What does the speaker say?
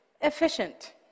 efficient